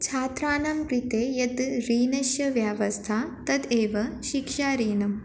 छात्राणां कृते या ऋणस्य व्यवस्था तद् एव शिक्षाऋणं